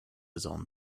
own